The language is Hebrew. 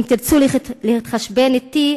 אם תרצו להתחשבן אתי,